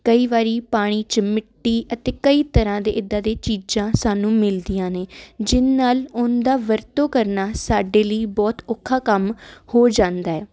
ਕਈ ਵਾਰੀ ਪਾਣੀ 'ਚ ਮਿੱਟੀ ਅਤੇ ਕਈ ਤਰ੍ਹਾਂ ਦੇ ਇਦਾਂ ਦੀਆਂ ਚੀਜ਼ਾਂ ਸਾਨੂੰ ਮਿਲਦੀਆਂ ਨੇ ਜਿਹਦੇ ਨਾਲ ਉਹਨਾਂ ਦਾ ਵਰਤੋਂ ਕਰਨਾ ਸਾਡੇ ਲਈ ਬਹੁਤ ਔਖਾ ਕੰਮ ਹੋ ਜਾਂਦਾ